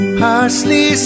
parsley